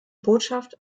botschaft